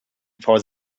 for